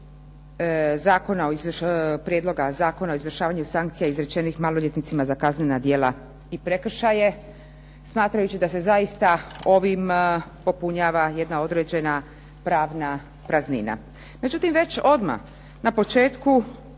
zakona o izvršavanju sankcija izrečenih maloljetnicima za kaznena djela i prekršaje, smatrajući da se zaista ovim popunjava jedna pravna praznina. Međutim, već odmah na početku